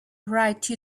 write